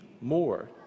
more